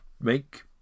make